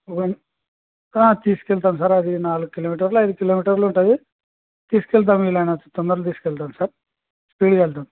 ఆ తీసుకెళ్తాను సార్ అది నాలుగు కిలోమీటర్లు ఐదు కిలోమీటర్లు ఉంటుంది తీసుకెళ్తాను తొందర తీసుకెళ్తాను సార్ స్పీడ్కి వెళ్తాం